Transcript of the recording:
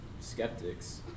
skeptics